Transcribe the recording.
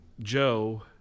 Joe